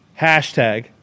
hashtag